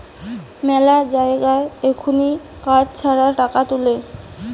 মেলা জায়গায় এখুন কার্ড ছাড়া টাকা তুলে